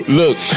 look